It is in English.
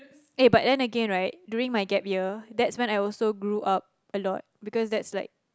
eh but then again right during my gap year that's when I also grew up a lot because that's like